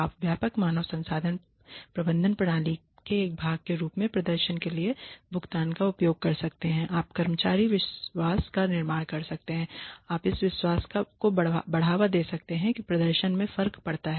आप व्यापक मानव संसाधन प्रबंधन प्रणाली के एक भाग के रूप में प्रदर्शन के लिए भुगतान का उपयोग कर सकते हैं आप कर्मचारी विश्वास का निर्माण कर सकते हैं आप इस विश्वास को बढ़ावा दे सकते हैं कि प्रदर्शन में फर्क पड़ता है